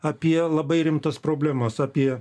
apie labai rimtas problemas apie